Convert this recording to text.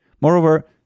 Moreover